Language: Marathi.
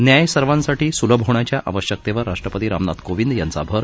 न्याय सर्वांसाठी सुलभ होण्याच्या आवश्यकतेवर राष्ट्रपती रामनाथ कोविंद यांचा भर